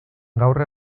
gaur